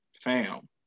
fam